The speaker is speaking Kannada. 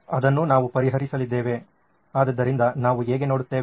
ಅದನ್ನು ನಾವು ಪರಿಹರಿಸಲಿದ್ದೇವೆ ಆದ್ದರಿಂದ ನಾವು ಹೇಗೆ ನೋಡುತ್ತೇವೆ